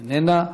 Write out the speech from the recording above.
איננה.